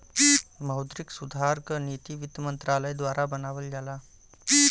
मौद्रिक सुधार क नीति वित्त मंत्रालय द्वारा बनावल जाला